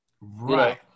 Right